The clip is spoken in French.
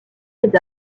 les